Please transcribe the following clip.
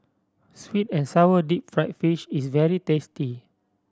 sweet and sour deep fried fish is very tasty